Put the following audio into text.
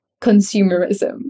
consumerism